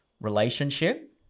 relationship